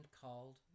called